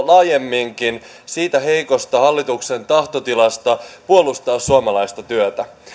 laajemminkin heikosta hallituksen tahtotilasta puolustaa suomalaista työtä